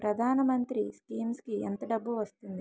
ప్రధాన మంత్రి స్కీమ్స్ కీ ఎంత డబ్బు వస్తుంది?